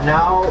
now